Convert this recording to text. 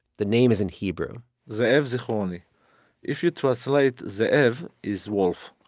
the name is in hebrew ze'ev zichroni if you translate, ze'ev is wolf,